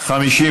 נתקבל.